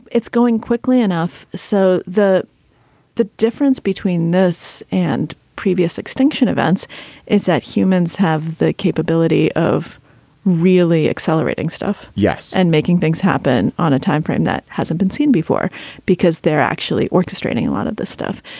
it's going quickly enough. so the the difference between this and previous extinction events is that humans have the capability of really accelerating stuff. yes. and making things happen on a timeframe that hasn't been seen before because they're actually orchestrating a lot of this stuff.